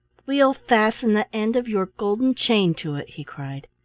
we'll fasten the end of your golden chain to it, he cried.